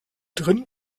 drinnen